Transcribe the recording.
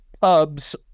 pubs